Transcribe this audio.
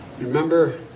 Remember